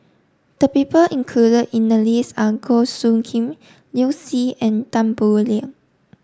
the people included in the list are Goh Soo Khim Liu Si and Tan Boo Liat